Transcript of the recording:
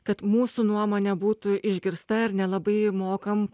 kad mūsų nuomonė būtų išgirsta ir nelabai mokam